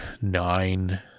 nine